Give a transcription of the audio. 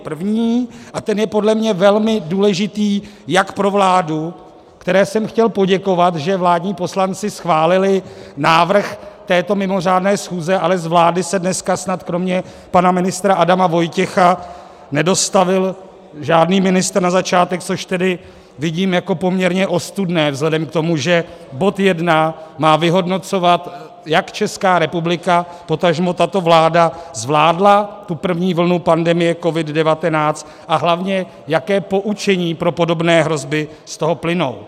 První, a ten je podle mě velmi důležitý jak pro vládu, které jsem chtěl poděkovat, že vládní poslanci schválili návrh této mimořádné schůze, ale zvládli se dneska snad kromě pana ministra Adama Vojtěcha, nedostavil žádný ministr na začátek, což tedy vidím jako poměrně ostudné vzhledem k tomu, že bod 1 má vyhodnocovat, jak Česká republika, potažmo tato vláda zvládla tu první vlnu pandemie COVID19 a hlavně jaké poučení pro podobné hrozby z toho plynou.